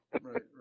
right